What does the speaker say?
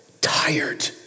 tired